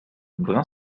brin